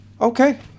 Okay